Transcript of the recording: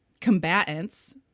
combatants –